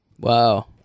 wow